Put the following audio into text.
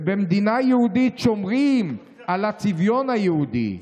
ובמדינה יהודית שומרים על הצביון היהודי.